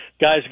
guys